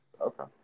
Okay